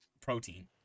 protein